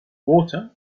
water